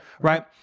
Right